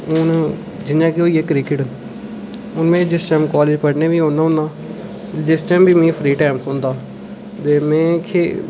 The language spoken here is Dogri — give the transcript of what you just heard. हून जियां कि होई गेआ क्रिकेट हून में जिस टाइम कालेज पढ़ने बी औन्ना होन्ना जिस टाइम बी मिगी फ्री टाइम थ्होंदा ते में खेढ